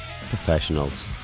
Professionals